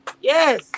Yes